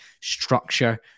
structure